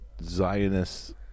Zionists